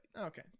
Okay